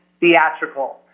theatrical